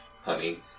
honey